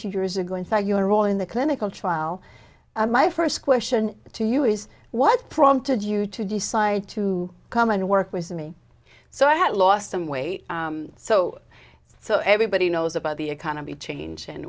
few years ago and saw your role in the clinical trial my first question to you is what prompted you to decide to come and work with me so i had lost some weight so so everybody knows about the economy change and